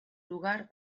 lugar